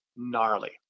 gnarly